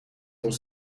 ons